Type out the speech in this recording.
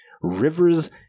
Rivers